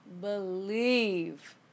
believe